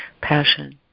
passion